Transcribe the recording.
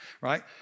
right